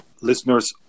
listeners